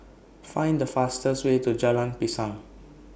Find The fastest Way to Jalan Pisang